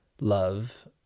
love